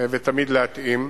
ותמיד להתאים.